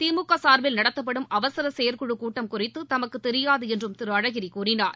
திமுக சார்பில் நடத்தப்படும் அவசர செயற்குழுக் கூட்டம் குழித்து தமக்கு தெரியாது என்றும் திரு அழகிரி கூறினார்